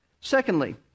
Secondly